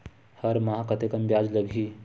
हर माह कतेकन ब्याज लगही?